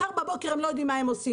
מחר בבוקר הם לא יודעים מה הם עושים.